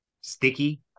sticky